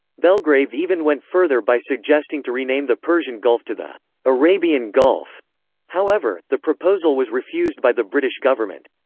belgrave even went further by suggesting to rename the persian gulf to the arabian gulf however, the proposal was refused by the british government.